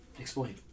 Explain